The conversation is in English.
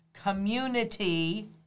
community